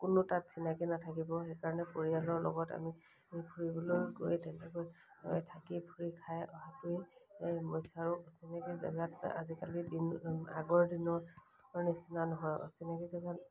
কোনো তাত চিনাকি নাথাকিব সেইকাৰণে পৰিয়ালৰ লগত আমি ফুৰিবলৈ গৈ তেনেকৈ থাকি ফুৰি খাই অহাটোৱে মই বিচাৰোঁ অচিনাকি জেগাত আজিকালি দিন আগৰ দিনৰ নিচিনা নহয় অচিনাকি জেগাত